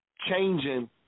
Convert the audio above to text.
changing